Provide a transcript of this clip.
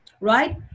right